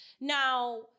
Now